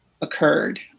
occurred